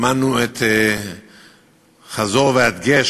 שמענו חזור והדגש,